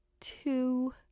two